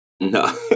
No